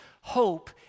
hope